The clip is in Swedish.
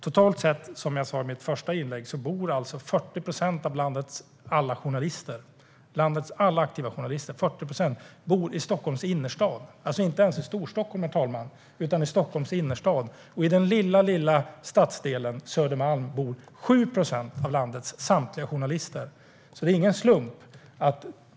Totalt sett bor, som jag sa i mitt första inlägg, 40 procent av landets alla aktiva journalister i Stockholms innerstad. Det är alltså inte ens Storstockholm det gäller, herr talman, utan Stockholms innerstad. Och i den lilla lilla stadsdelen Södermalm bor 7 procent av landets samtliga journalister.